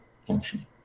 function